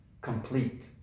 complete